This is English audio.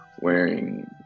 wearing